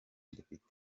dufite